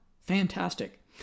fantastic